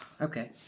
Okay